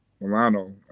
Milano